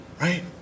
Right